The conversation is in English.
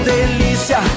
Delícia